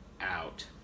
out